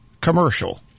commercial